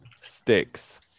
sticks